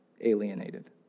alienated